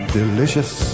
delicious